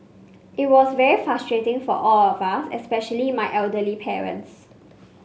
it was very frustrating for all of us especially my elderly parents